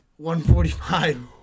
145